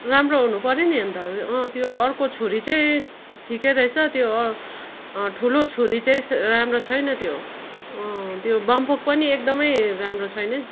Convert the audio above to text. राम्रो हुनु पर्यो नि अन्त त्यो अर्को छुरी चाहिँ ठिकै रहेछ त्यो ठुलो छुरी चाहिँ राम्रो छैन त्यो त्यो बाम्फोक पनि एकदमै राम्रो छै है